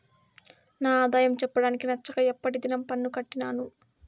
నా ఆదాయం చెప్పడానికి నచ్చక ఎప్పటి దినం పన్ను కట్టినాను